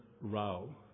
row